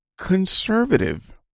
Conservative